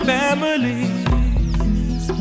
families